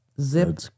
Zip